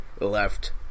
left